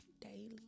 Daily